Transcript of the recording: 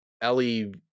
Ellie